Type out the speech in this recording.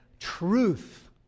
Truth